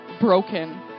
broken